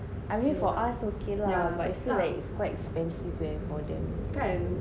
I mean for us okay lah but I feel like it's quite expensive leh for them